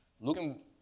Looking